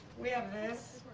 we have this.